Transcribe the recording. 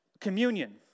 communion